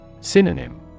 SYNONYM